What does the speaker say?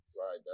Right